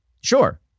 sure